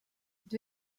dydw